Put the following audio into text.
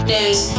News